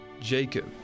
Jacob